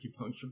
acupuncture